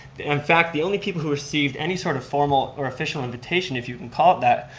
in fact, the only people who received any sort of formal or official invitation, if you can call it that,